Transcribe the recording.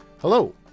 Hello